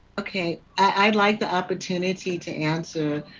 okay. i would like the opportunity to answer.